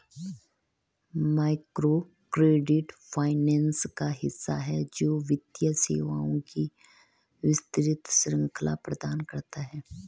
microcredit finance का हिस्सा है, जो वित्तीय सेवाओं की विस्तृत श्रृंखला प्रदान करता है